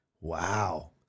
Wow